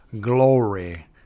glory